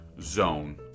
zone